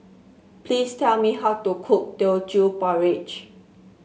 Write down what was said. please tell me how to cook Teochew Porridge